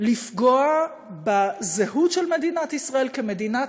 לפגוע בזהות של מדינת ישראל כמדינת